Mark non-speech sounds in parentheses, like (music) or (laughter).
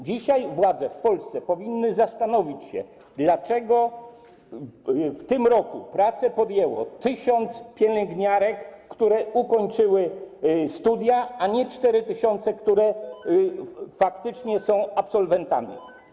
Dzisiaj władze w Polsce powinny zastanowić się, dlaczego w tym roku pracę podjęło 1 tys. pielęgniarek, które ukończyły studia, a nie 4 tys., które (noise) faktycznie są absolwentami.